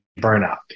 burnout